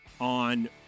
on